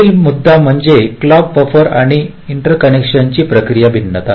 पुढील मुद्दे म्हणजे क्लॉक बफर आणि इंटरकनेक्ट्सची प्रक्रिया भिन्नता